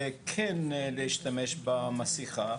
כן להשתמש במסיכה,